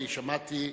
אני שמעתי,